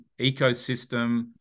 ecosystem